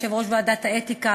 יושב-ראש ועדת האתיקה,